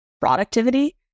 productivity